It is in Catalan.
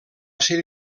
ser